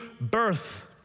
birth